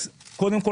קודם כול,